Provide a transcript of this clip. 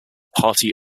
party